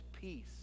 peace